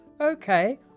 okay